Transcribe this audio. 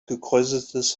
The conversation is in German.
gekräuseltes